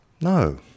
No